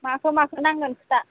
माखौ माखौ नांगोन खोथा